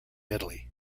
italy